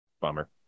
Bummer